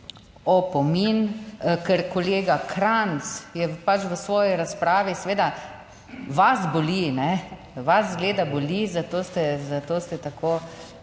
opomin, ker kolega Krajnc je pač v svoji razpravi seveda vas boli, ne vas, izgleda boli, zato ste tako